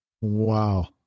Wow